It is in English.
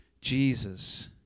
Jesus